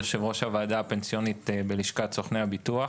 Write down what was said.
יושב-ראש הוועדה הפנסיונית בלשכת סוכני הביטוח.